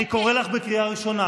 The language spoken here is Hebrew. אני קורא אותך בקריאה ראשונה.